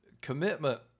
commitment